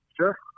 Sure